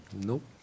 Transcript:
Nope